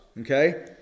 Okay